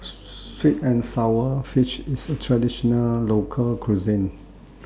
Sweet and Sour Fish IS A Traditional Local Cuisine